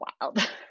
wild